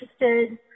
interested